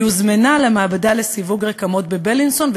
והיא הוזמנה למעבדה לסיווג רקמות ב"בילינסון".